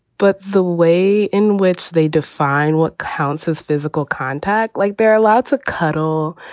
but the way in which they define what counts as physical contact, like they're allowed to cuddle,